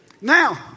Now